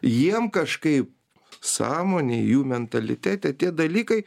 jiem kažkaip sąmonė jų mentalitete tie dalykai